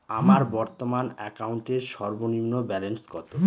আমার বর্তমান অ্যাকাউন্টের সর্বনিম্ন ব্যালেন্স কত?